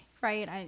right